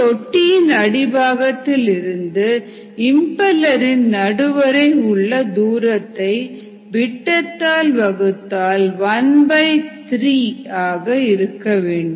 C தொட்டியின் அடிப்பாகத்தில் இருந்து இம்பெலர் இன் நடுவரை உள்ள தூரத்தை விட்டத்தால் வகுத்தால் ⅓ ஆக இருக்க வேண்டும்